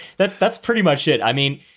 that. that's pretty much it i mean,